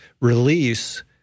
release